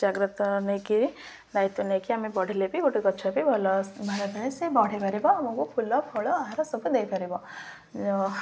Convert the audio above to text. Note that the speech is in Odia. ଜାଗ୍ରତ ନେଇକିରି ଦାୟିତ୍ୱ ନେଇକି ଆମେ ବଢ଼ିଲେ ବି ଗୋଟେ ଗଛ ବି ଭଲ ବାହାର ପାଇଁ ସେ ବଢ଼ିପାରିବ ଆମକୁ ଫୁଲ ଫଳ ଆହାର ସବୁ ଦେଇପାରିବ